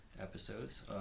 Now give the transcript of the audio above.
episodes